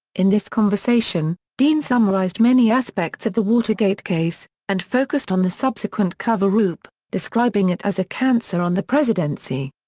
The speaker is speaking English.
in this conversation, dean summarized many aspects of the watergate case, and focused on the subsequent coverup, describing it as a cancer on the presidency.